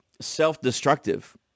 self-destructive